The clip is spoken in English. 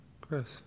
Chris